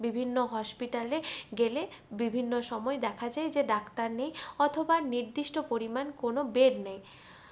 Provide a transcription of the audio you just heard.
বিভিন্ন হসপিটালে গেলে বিভিন্ন সময় দেখা যায় যে ডাক্তার নেই অথবা নির্দিষ্ট পরিমাণ কোনো বেড নেই